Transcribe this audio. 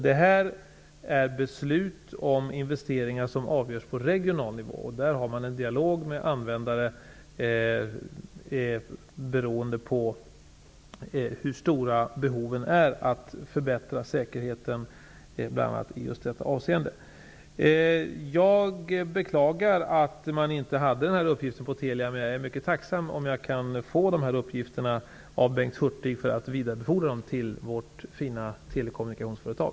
Det här gäller beslut om investeringar som fattas på regional nivå, och man för där en dialog med användare för att få reda på hur stora behoven är att förbättra säkerheten bl.a. i just detta avseende. Jag beklagar att man inte hade de här uppgifterna på Telia, men jag är mycket tacksam om jag kan få dem av Bengt Hurtig, så att jag kan vidarebefordra dem till vårt fina telekommunikationsföretag.